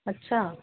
ਅੱਛਾ